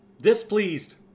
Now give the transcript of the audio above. displeased